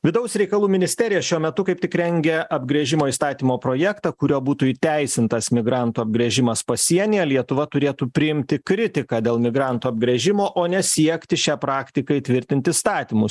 vidaus reikalų ministerija šiuo metu kaip tik rengia apgręžimo įstatymo projektą kuriuo būtų įteisintas migrantų apgręžimas pasienyje lietuva turėtų priimti kritiką dėl migrantų apgręžimo o ne siekti šią praktiką įtvirtinti įstatymu